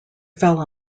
fell